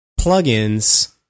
plugins